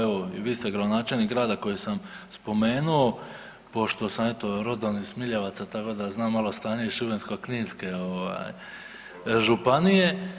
Evo i vi ste gradonačelnik grada koji sam spomenuo, pošto sam eto rodom iz Miljevaca tako da znam malo stanje iz Šibensko-kninske ovaj županije.